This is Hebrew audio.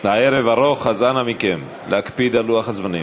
הערב ארוך, אז אנא מכם, להקפיד על לוח-הזמנים.